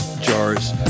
jars